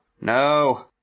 no